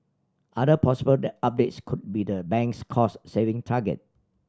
other possible the updates could be the bank's cost saving target